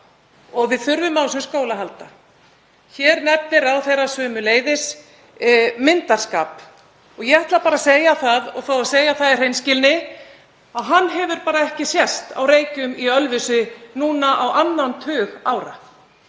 Og við þurfum á þessum skóla að halda. Hér nefnir ráðherra sömuleiðis myndarskap og ég ætla bara að fá að segja það í hreinskilni að hann hefur ekki sést á Reykjum í Ölfusi í á annan tug ára.